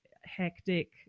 hectic